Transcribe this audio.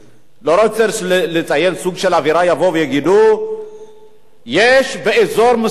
אני לא רוצה לתאר סוג של עבירה, יש באזור מסוים